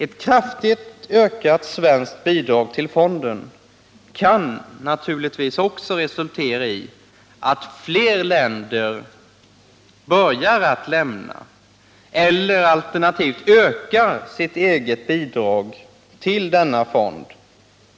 Ett kraftigt ökat svenskt bidrag till fonden kan naturligtvis också resultera i att fler länder börjar lämna bidrag, alternativt ökar sina egna bidrag till denna fond.